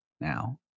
now